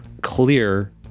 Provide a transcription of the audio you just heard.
clear